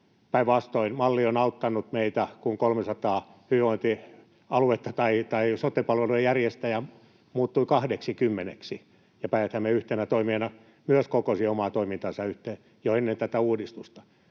päinvastoin malli on auttanut meitä, kun 300 hyvinvointialuetta tai sote-palveluiden järjestäjää muuttui 20:ksi ja Päijät-Häme yhtenä toimijana myös kokosi omaa toimintaansa yhteen jo ennen tätä uudistusta